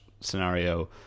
scenario